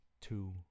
two